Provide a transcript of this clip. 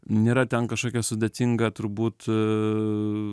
nėra ten kažkokia sudėtinga turbūt